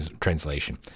translation